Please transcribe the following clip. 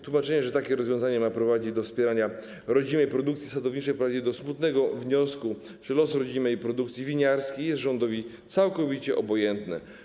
Tłumaczenie, że takie rozwiązanie ma prowadzić do wspierania rodzimej produkcji sadowniczej, prowadzi do smutnego wniosku, że los rodzimej produkcji winiarskiej jest rządowi całkowicie obojętny.